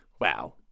Wow